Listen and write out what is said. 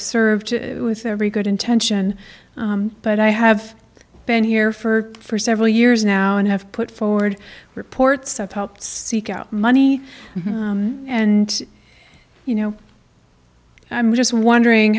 served with every good intention but i have been here for for several years now and have put forward reports have helped seek out money and you know i'm just wondering